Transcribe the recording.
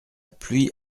pluie